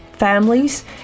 Families